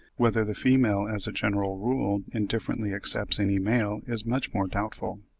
whether the female as a general rule indifferently accepts any male is much more doubtful.